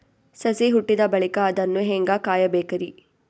ಸಸಿ ಹುಟ್ಟಿದ ಬಳಿಕ ಅದನ್ನು ಹೇಂಗ ಕಾಯಬೇಕಿರಿ?